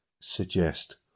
suggest